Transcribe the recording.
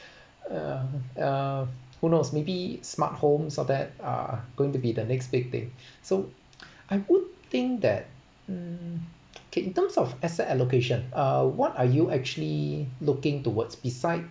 uh uh who knows maybe smart homes all that are going to be the next big thing so I would think that mm K in terms of asset allocation uh what are you actually looking towards beside